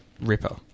Ripper